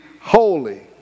holy